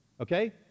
Okay